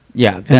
yeah. that,